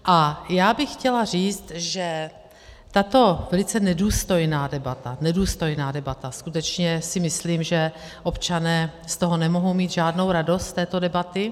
A já bych chtěla říct, že tato velice nedůstojná debata nedůstojná debata, skutečně si myslím, že občané z toho nemohou mít žádnou radost, z této debaty.